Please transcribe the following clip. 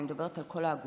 אני מדברת על כל האגודות,